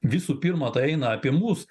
visų pirma tai eina apie mus